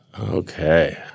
Okay